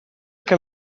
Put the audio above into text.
can